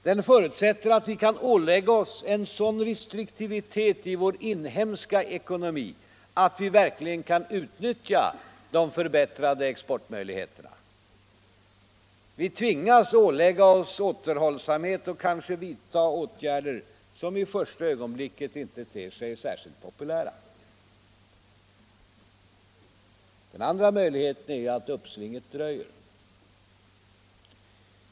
Den förutsätter att vi kan ålägga oss en sådan restriktivitet i vår inhemska ekonomi att vi verkligen kan utnyttja de förbättrade exportmöjligheterna. Vi tvingas ålägga oss återhållsamhet och kanske vidta åtgärder som i första ögonblicket inte ter sig särskilt populära. Den andra möjligheten är att uppsvinget dröjer.